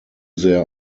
sehr